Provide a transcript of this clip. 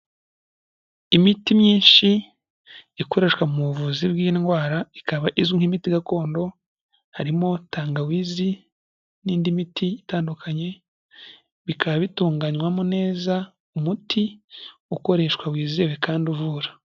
Imiti myinshi ikoreshwa mu buvuzi bw'indwara, ikaba izwi nk'imiti gakondo, harimo tangawizi n'indi miti itandukanye, bikaba bitunganywamo neza umuti ukoreshwa wizewe kandi uvura.